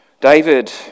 David